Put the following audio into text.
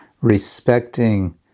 respecting